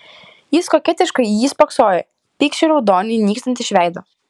ji koketiškai į jį spoksojo pykčio raudoniui nykstant iš veido